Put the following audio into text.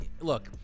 look